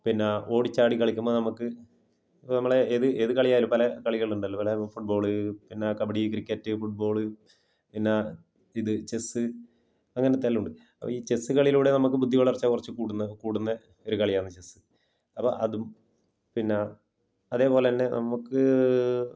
പിന്നെ ഓടിച്ചാടി കളിക്കുമ്പം നമുക്ക് ഇപ്പോൾ നമ്മളെ ഏത് ഏത് കളിയാലും പല കളികളുണ്ടല്ലോ പല ഫുട്ബോള് പിന്നെ കബഡി ക്രിക്കറ്റ് ഫുട്ബോള് പിന്നെ ഇത് ചെസ്സ് അങ്ങനത്തെ എല്ലാം ഉണ്ട് അപ്പോൾ ഈ ചെസ്സ് കളിയിലൂടെ നമുക്ക് ബുദ്ധിവളര്ച്ച കുറച്ച് കൂടുന്നത് കൂടുന്നത് ഒരു കളിയാണ് ചെസ്സ് അതും പിന്നെ അതേപോലെ തന്നെ നമുക്ക്